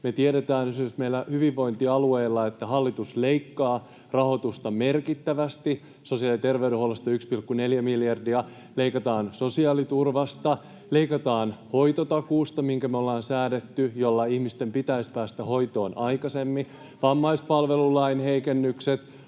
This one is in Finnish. Me tiedetään esimerkiksi, että meillä hyvinvointialueilla hallitus leikkaa rahoitusta merkittävästi, sosiaali- ja terveydenhuollosta 1,4 miljardia. Leikataan sosiaaliturvasta, leikataan hoitotakuusta, mikä me ollaan säädetty ja millä ihmisten pitäisi päästä hoitoon aikaisemmin. Aloitimme vammaispalvelulain heikennysten